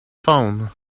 phone